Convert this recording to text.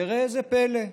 וראה זה פלא: